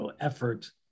effort